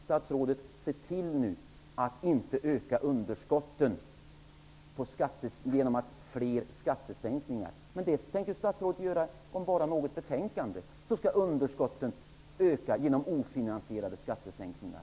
Statsrådet, se till att inte öka underskotten genom fler skattesänkningar. Men det tänker statsrådet göra. Underskotten skall öka på grund av ofinansierade skattesänkningar.